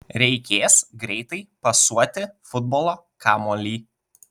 reikės greitai pasuoti futbolo kamuolį